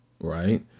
right